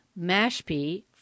Mashpee